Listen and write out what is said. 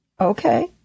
Okay